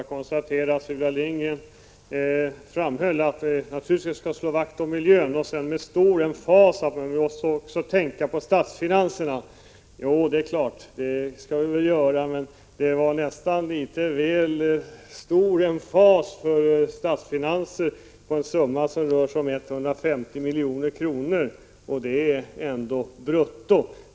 Herr talman! Sylvia Lindgren framhöll att vi naturligtvis skall slå vakt om miljön men sade sedan med stor emfas att vi också måste tänka på statsfinanserna. Det är klart att vi skall göra det, men hon lade väl stor tonvikt på statsfinanser för en summa på 150 milj.kr., och det är brutto.